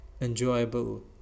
enjoyable